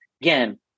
again